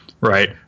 right